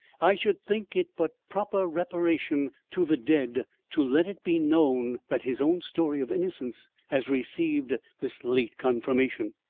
i should think it but proper reparation to the dead to let it be known that his own story of innocence has received this late confirmation.